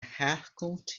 herkunft